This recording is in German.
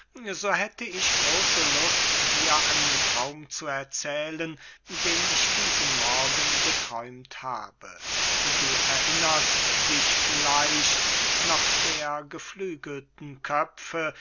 so hätte ich große lust dir einen traum zu erzählen den ich diesen morgen geträumt habe du erinnerst dich vielleicht noch der geflügelten köpfe